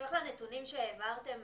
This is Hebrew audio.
בהמשך לנתונים שהעברתם